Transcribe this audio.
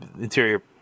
interior